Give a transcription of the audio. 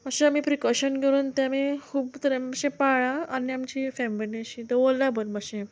अशें आमी प्रिकॉशन करून तें आमी खूब तरेन मातशें पाळ्ळा आनी आमची फॅमिली अशी दवरला बरी बशेन